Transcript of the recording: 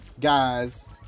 guys